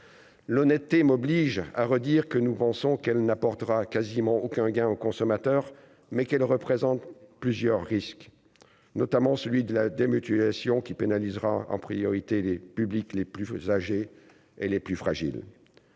l'honnêteté m'oblige à redire que nous pensons qu'elle n'apportera quasiment aucun gain aux consommateurs, mais qu'elle représente plusieurs risques, notamment celui de la démutualisation qui pénalisera en priorité les publics les plus vos âgés et les plus fragiles,